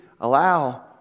allow